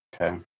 Okay